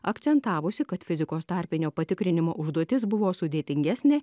akcentavusi kad fizikos tarpinio patikrinimo užduotis buvo sudėtingesnė